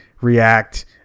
react